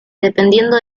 dependiendo